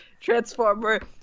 Transformer